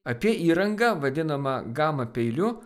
apie įranga vadinama gama peiliu